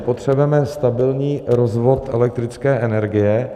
Potřebujeme stabilní rozvod elektrické energie.